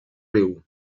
riu